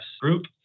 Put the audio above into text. group